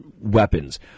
weapons